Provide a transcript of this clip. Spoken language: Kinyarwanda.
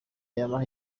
yabaha